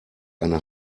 eine